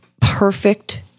perfect